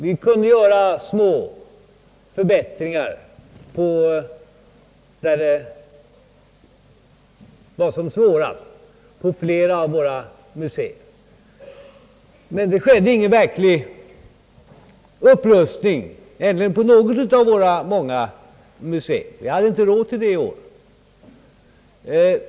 Vi kunde göra små förbättringar där det var som svårast för flera av våra museer. Men det skedde egentligen ingen verklig upprustning på något av våra många museer — vi hade inte råd till det i år.